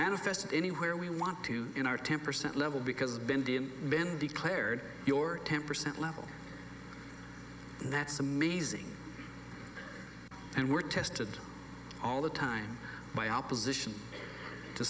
manifest anywhere we want to in our ten percent level because bindiya been declared your ten percent level that's amazing and we're tested all the time by opposition to